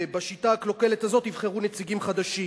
ובשיטה הקלוקלת הזאת יבחרו נציגים חדשים,